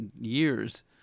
years